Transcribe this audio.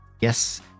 Yes